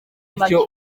bityo